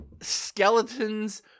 skeletons